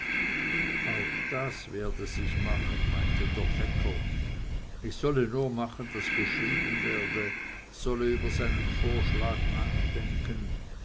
auch das werde sich machen meinte der fecker ich solle nur machen daß geschrieben werde solle über seinen vorschlag nachdenken